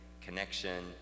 connection